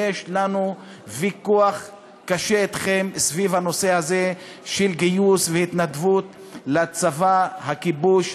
יש לנו ויכוח קשה אתכם סביב הנושא הזה של גיוס והתנדבות לצבא הכיבוש.